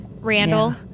Randall